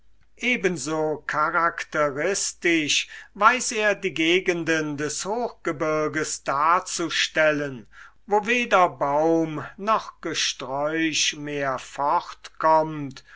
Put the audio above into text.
ebenso charakteristisch weiß er die gegenden des hochgebirges darzustellen wo weder baum noch gesträuch mehr